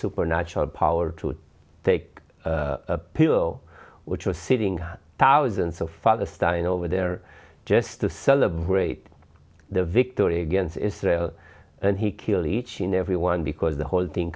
supernatural power to take a pill which was sitting thousands of father standing over there just to celebrate the victory against israel and he kill each and every one because the whole thing